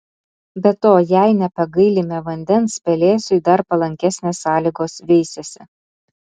be to jei nepagailime vandens pelėsiui dar palankesnės sąlygos veisiasi